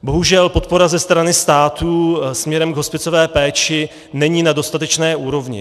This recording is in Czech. Bohužel podpora ze strany státu směrem k hospicové péči není na dostatečné úrovni.